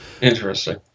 Interesting